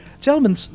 Gentlemen